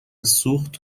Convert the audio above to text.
سوخت